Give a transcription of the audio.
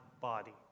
body